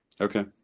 Okay